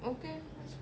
okay